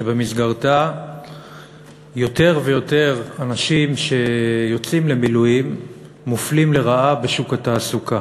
שבמסגרתה יותר ויותר אנשים שיוצאים למילואים מופלים לרעה בשוק התעסוקה.